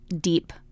deep